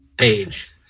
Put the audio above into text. age